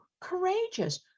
courageous